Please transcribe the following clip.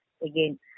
again